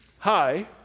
Hi